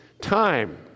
time